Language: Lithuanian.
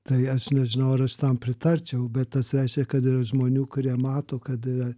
tai aš nežinau ar aš tam pritarčiau bet tas reiškia kad yra žmonių kurie mato kad yra